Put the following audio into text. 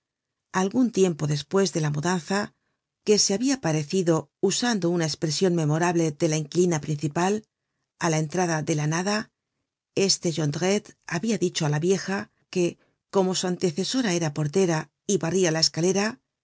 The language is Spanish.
algun tiempo despues de la mudanza que se habia parecido usando una espresion memorable de la inquilina principal á la entrada de la nada este jondrette habia dicho á la vieja que como su antecesora era portera y barria la escalera